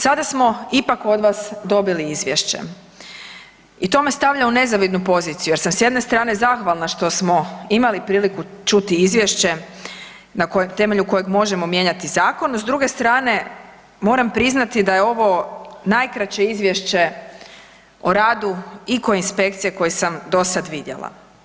Sada smo ipak od vas dobili izvješće i to me stavlja u nezavidnu poziciju jer sam s jedne strane zahvalna što smo imali priliku čuti izvješće na temelju kojeg možemo mijenjati zakon, s druge strane moram priznati da je ovo najkraće izvješću o radu ikoje inspekcije koje sam do sad vidjela.